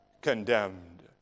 condemned